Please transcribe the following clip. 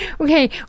Okay